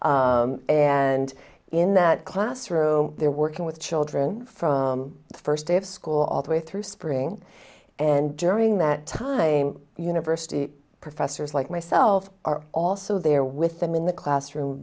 and in that classroom they're working with children from the first day of school all the way through spring and during that time university professors like myself are also there with them in the classroom